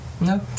No